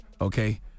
okay